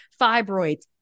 fibroids